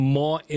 more